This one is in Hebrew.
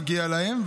מגיע להם,